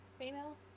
female